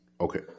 Okay